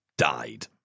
Died